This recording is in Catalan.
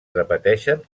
repeteixen